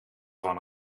van